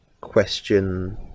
question